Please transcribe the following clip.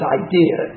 idea